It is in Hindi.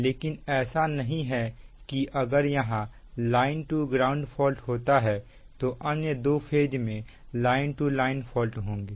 लेकिन ऐसा नहीं है कि अगर यहां लाइन टू ग्राउंड फॉल्ट होता है तो अन्य दो फेज में लाइन टू लाइन फॉल्ट होंगे